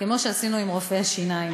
כמו שעשינו עם רופאי השיניים.